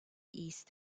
east